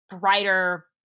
brighter